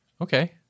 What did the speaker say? Okay